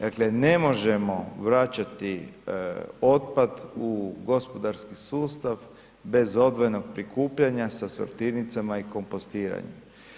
Dakle ne možemo vraćati otpad u gospodarski sustav bez odvojenog prikupljanja sa sortirnicama i kompostiranjem.